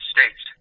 States